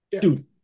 dude